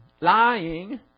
lying